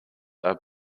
are